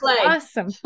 awesome